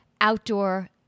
outdoor